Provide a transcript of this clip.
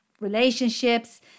relationships